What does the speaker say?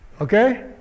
Okay